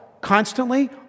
constantly